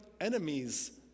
enemies